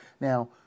Now